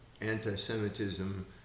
anti-Semitism